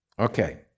Okay